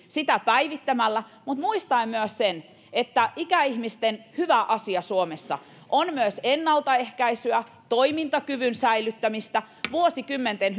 sitä päivittämällä mutta muistaen myös sen että ikäihmisten hyvä asia suomessa on myös ennaltaehkäisyä toimintakyvyn säilyttämistä vuosikymmenten